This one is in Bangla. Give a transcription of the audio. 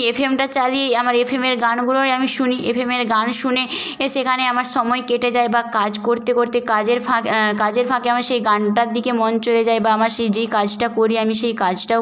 এফএমটা চালিয়ে আমার এফএমের গানগুলোই আমি শুনি এফএমের গান শুনে এ সেখানে আমার সময় কেটে যায় বা কাজ করতে করতে কাজের ফাঁক কাজের ফাঁকে আমার সেই গানটার দিকে মন চলে যায় বা আমার সে যেই কাজটা করি আমি সেই কাজটাও